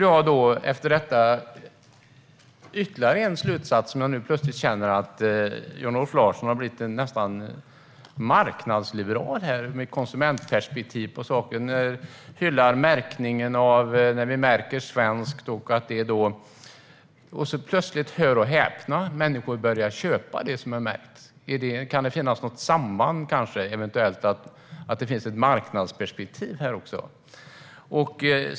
Jan-Olof Larsson verkar ha blivit nästan marknadsliberal med konsumentperspektiv på saker. Han hyllar märkningen av svenska produkter. Hör och häpna, plötsligt börjar människor köpa det som är märkt! Kan det finnas något samband med ett marknadsperspektiv?